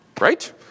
right